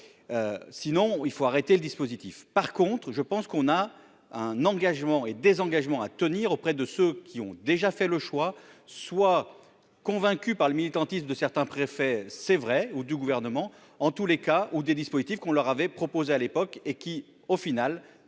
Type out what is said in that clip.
sinon il faut arrêter le dispositif par contre je pense qu'on a un engagement et désengagement à tenir auprès de ceux qui ont déjà fait le choix soit convaincu par le militantisme de certains préfets c'est vrai ou du gouvernement, en tous les cas où des dispositifs qu'on leur avait proposé à l'époque et qui au final